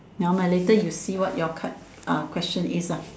never mind later you see what your card uh question is lah